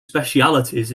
specialities